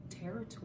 territory